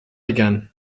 again